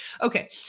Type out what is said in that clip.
Okay